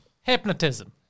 hypnotism